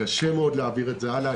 קשה מאוד להעביר את זה הלאה.